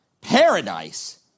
Paradise